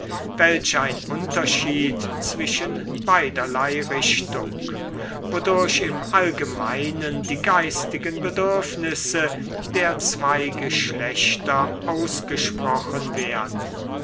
welch ein unterschied zwischen beiderlei richtung wodurch im allgemeinen die geistigen bedürfnisse der zwei geschlechter ausgesprochen werden